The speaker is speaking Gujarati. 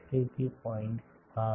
3 થી 0